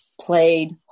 played